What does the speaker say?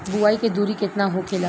बुआई के दूरी केतना होखेला?